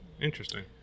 Interesting